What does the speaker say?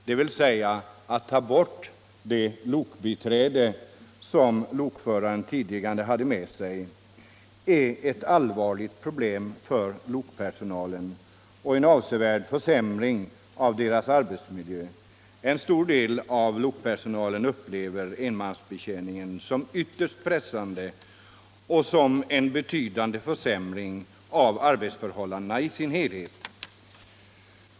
dvs. borttagandet av det lokbiträde som lokföraren tidigare hade med sig. är ett allvarligt problem för lokpersonalen vilket medfört en avsevärd försämring av arbetsmiljön. En stor del av lokpersonalen upplever enmansbetjäningen som ytterst pressande och som en betydande försämring av arbetsförhållandena i deras helhet.